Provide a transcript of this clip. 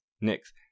Next